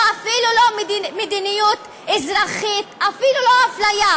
לא, אפילו לא מדיניות אזרחית, אפילו לא אפליה.